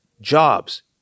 jobs